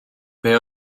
beth